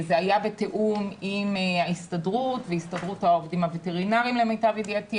זה היה בתיאום עם ההסתדרות והסתדרות העובדים הווטרינריים למיטב ידיעתי.